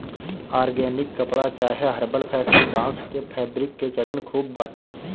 organic कपड़ा चाहे herbal fashion, बांस के फैब्रिक के चलन खूब बाटे